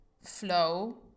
flow